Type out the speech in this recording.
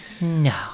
No